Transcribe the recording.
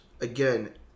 again